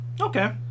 Okay